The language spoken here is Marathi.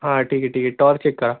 हां ठीक आहे ठीक आहे टॉर्च एक करा